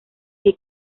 que